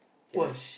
can lah